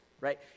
right